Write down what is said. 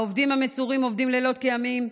העובדים המסורים עובדים לילות כימים.